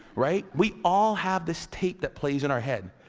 right? we all have this tape that plays in our head.